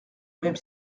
même